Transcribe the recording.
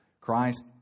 Christ